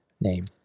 name